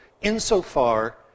insofar